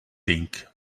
think